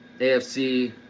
AFC